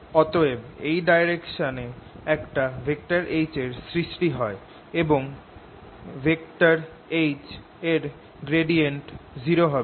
অতএব এই ডাইরেকশনে একটা H এর সৃষ্টি হয় এবং H 0 কারণ কোন ফ্রী কারেন্ট নেই